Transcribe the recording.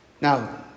Now